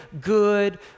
good